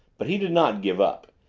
but he did not give up.